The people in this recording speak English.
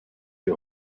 you